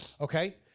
okay